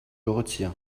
retire